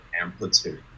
amplitude